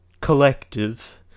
collective